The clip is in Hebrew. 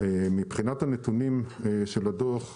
מבחינת הנתונים של הדוח,